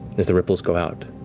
as the ripples go out.